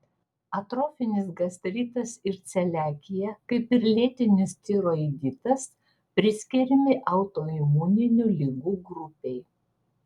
atrofinis gastritas ir celiakija kaip ir lėtinis tiroiditas priskiriami autoimuninių ligų grupei